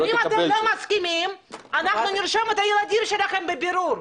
אם אתם לא מסכימים אנחנו נרשום את הילדים שלכם 'בבירור'.